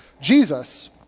Jesus